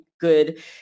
good